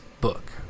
book